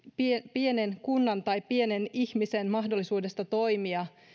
pienen kunnan tai pienen ihmisen mahdollisuudesta toimia